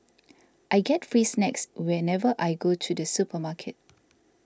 I get free snacks whenever I go to the supermarket